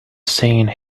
seeing